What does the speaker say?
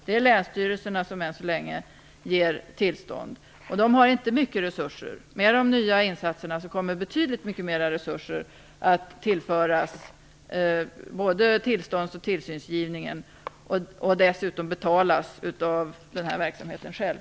Det är länsstyrelserna som än så länge ger tillstånd. De har inte mycket resurser. Men med de nya insatserna kommer betydligt mycket mer resurser att tillföras både tillståndsgivningen och tillsynsverksamheten. Dessutom betalas det av verksamheten själv.